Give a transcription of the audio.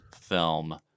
film